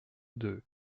deux